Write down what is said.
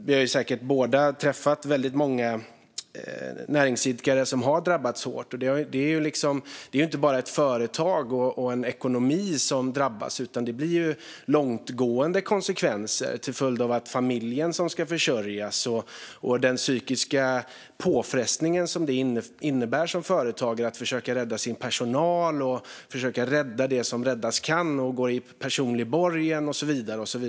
Både ministern och jag har säkert träffat väldigt många näringsidkare som har drabbats hårt. Det är inte bara ett företag och en ekonomi som drabbas, utan det blir långtgående konsekvenser till följd av att familjen ska försörjas och till följd av den psykiska påfrestning som det innebär att som företagare försöka rädda sin personal och försöka rädda det som räddas kan genom att gå i personlig borgen och så vidare.